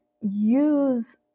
use